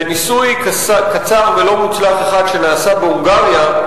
וניסוי קצר ולא מוצלח אחד שנעשה בהונגריה,